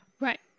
Right